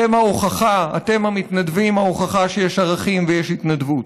אתם, המתנדבים, ההוכחה לכך שיש ערכים ויש התנדבות.